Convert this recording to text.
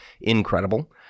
incredible